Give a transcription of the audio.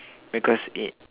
because it